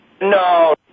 no